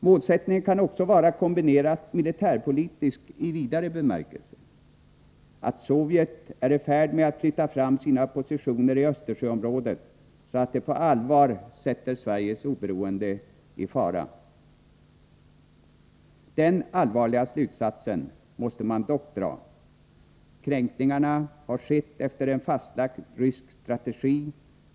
Målsättningen kan också vara militärpolitisk i vidare bemärkelse: Sovjet är i färd med att flytta fram sina positioner i Östersjöområdet, så att det på allvar sätter Sveriges oberoende i fara, Den allvarliga slutsatsen måste man dock dra: kränkningarna har skett efter en fastlagd rysk strategi.